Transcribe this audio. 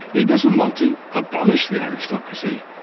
it doesn't want to abolish the aristocracy.